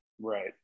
Right